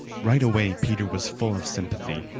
right away peter was full of sympathy.